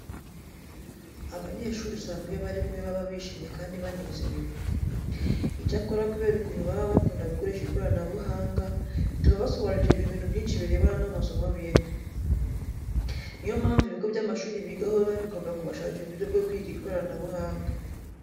Abanyeshuri usanga iyo bari kumwe baba bishimye kandi banezerewe. Icyakora kubera ukuntu baba bakunda gukoresha ikoranabuhanga, bituma basobanukirwa ibintu byinshi birebana n'amasomo biga. Ni yo mpamvu ibigo by'amashuri bigaho biba bigomba kubashakira uburyo bwo kwiga ikoranabuhanga.